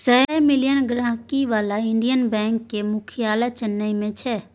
सय मिलियन गांहिकी बला इंडियन बैंक केर मुख्यालय चेन्नई मे छै